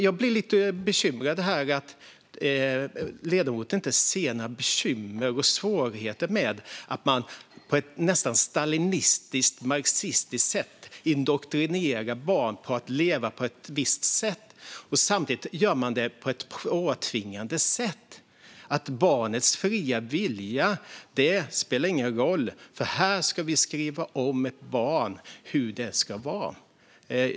Jag blir lite bekymrad över att ledamoten inte ser några bekymmer eller svårigheter med att man på ett nästan stalinistiskt, marxistiskt sätt indoktrinerar barn till att leva på ett visst sätt. Det sker samtidigt på ett påtvingande sätt. Barnets fria vilja spelar ingen roll, för här ska vi tala om för ett barn hur det ska vara.